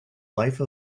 life